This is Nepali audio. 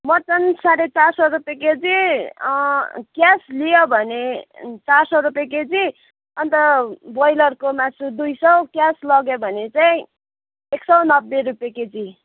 मटन साँढे चार सौ रुपियाँ केजी क्यास लियो भने चार सौ रुपियाँ केजी अन्त ब्रोइलरको मासु दुई सौ क्यास लग्यो भने चाहिँ एक सौ नब्बे रुपियाँ केजी